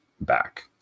back